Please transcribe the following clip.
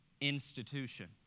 institution